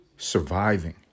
surviving